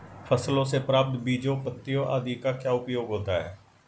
फसलों से प्राप्त बीजों पत्तियों आदि का क्या उपयोग होता है?